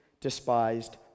despised